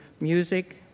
music